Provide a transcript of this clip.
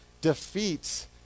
defeats